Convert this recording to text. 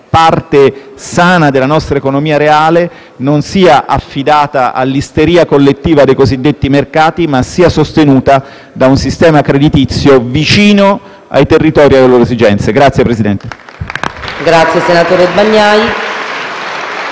parte sana della nostra economia reale non sia affidata all'isteria collettiva dei cosiddetti mercati, ma sostenuta da un sistema creditizio vicino ai territori e alle loro esigenze. *(Applausi